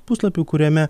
puslapių kuriame